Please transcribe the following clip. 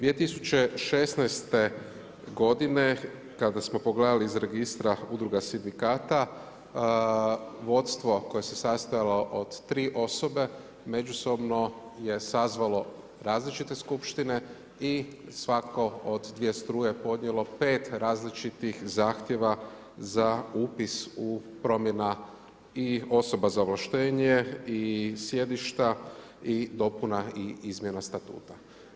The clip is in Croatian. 2016. godine kada smo pogledali iz registra udruga sindikata vodstvo koje se sastojalo od 3 osobe međusobno je sazvalo različite skupštine i svako od dvije struje podnijelo 5 različitih zahtjeva za upis u promjena i osoba za ovlaštenje i sjedišta i dopuna i izmjena statuta.